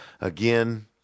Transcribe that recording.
again